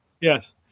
yes